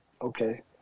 Okay